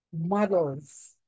models